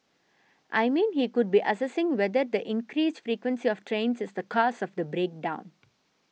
I mean he could be assessing whether the increased frequency of trains is the cause of the break down